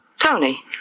Tony